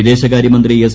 വിദേശകാര്യമന്ത്രി എസ്